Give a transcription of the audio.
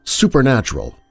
supernatural